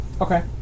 Okay